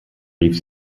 rief